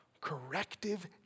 corrective